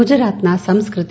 ಗುಜರಾತ್ ನ ಸಂಸ್ಟೃತಿ